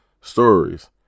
stories